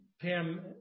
PAM